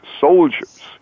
soldiers